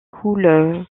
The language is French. coule